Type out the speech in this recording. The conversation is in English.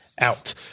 out